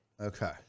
Okay